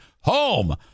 Home